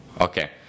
Okay